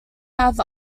have